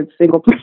single